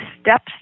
steps